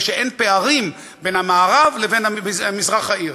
ושאין פערים בין מערב לבין מזרח העיר.